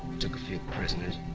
took a few prisoners.